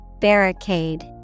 Barricade